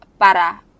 para